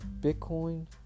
Bitcoin